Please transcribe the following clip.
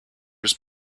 his